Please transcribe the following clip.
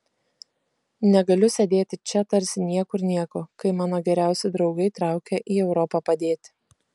negaliu sėdėti čia tarsi niekur nieko kai mano geriausi draugai traukia į europą padėti